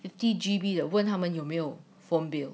fifty G_B 的问他们有没有 phone bill